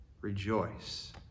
rejoice